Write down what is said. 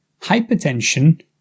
hypertension